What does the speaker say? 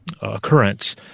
occurrence